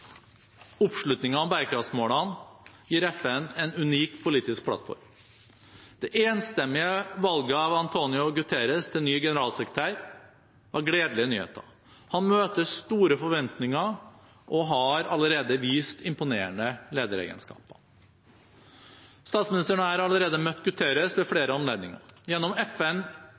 oppslutningen om bærekraftsmålene gir FN en unik politisk plattform. Det enstemmige valget av Antonio Guterres til ny generalsekretær var gledelige nyheter. Han møter store forventninger og har allerede vist imponerende lederegenskaper. Statsministeren og jeg har allerede møtt Guterres ved flere anledninger. Gjennom